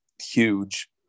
huge